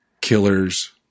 killers